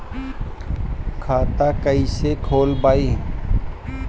खाता कईसे खोलबाइ?